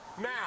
now